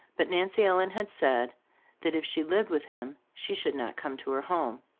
but nancy ellen had said that if she lived with him she should not come to her home.